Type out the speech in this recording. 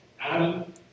Adam